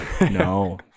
no